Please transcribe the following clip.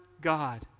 God